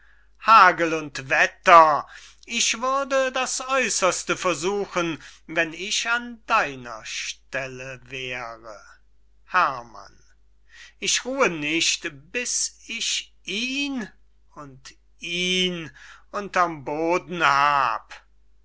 hagel und wetter ich würde das äusserste versuchen wenn ich an deiner stelle wäre herrmann ich ruhe nicht bis ich ihn und ihn unter'm boden hab